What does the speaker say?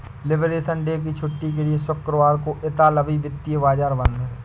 liberation day की छुट्टी के लिए शुक्रवार को इतालवी वित्तीय बाजार बंद हैं